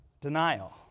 denial